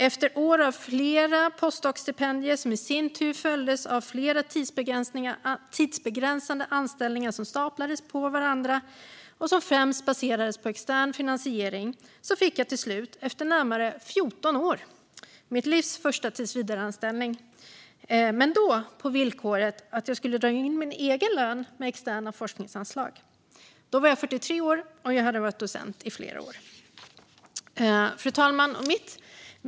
Efter år av flera olika postdoktorsstipendier som i sin tur följdes av flera tidsbegränsade anställningar som staplades på varandra och som främst baserades på extern finansiering fick jag till slut, efter närmare 14 år, mitt livs första tillsvidareanställning - men då med villkoret att jag skulle dra in min egen lön genom externa forskningsanslag. Då var jag 43 år och hade varit docent i flera år. Fru talman!